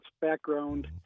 background